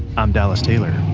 i'm dallas taylor